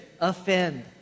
offend